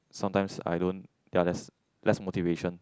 sometimes I don't ya that's less motivation